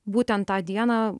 būtent tą dieną